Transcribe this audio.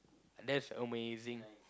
that's amazing